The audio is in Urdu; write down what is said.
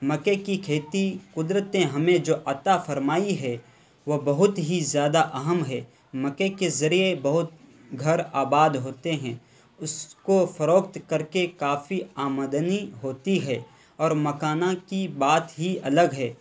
مکے کی کھیتی قدرت نے ہمیں جو عطا فرمائی ہے وہ بہت ہی زیادہ اہم ہے مکے کے ذریعے بہت گھر آباد ہوتے ہیں اس کو فروخت کر کے کافی آمدنی ہوتی ہے اور مکھانا کی بات ہی الگ ہے